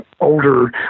older